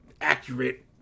accurate